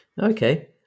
Okay